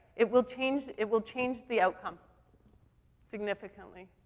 it will change, it will change the outcome significantly.